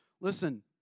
Listen